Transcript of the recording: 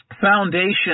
foundation